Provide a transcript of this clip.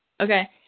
Okay